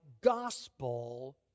gospel